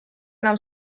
enam